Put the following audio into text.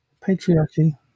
patriarchy